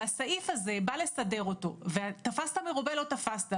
הסעיף הזה בא לסדר אותו, ותפסת מרובה לא תפסת.